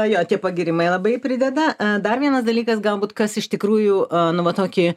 jo tie pagyrimai labai prideda dar vienas dalykas galbūt kas iš tikrųjų nu va tokį